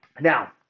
Now